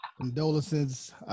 condolences